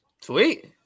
sweet